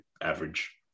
average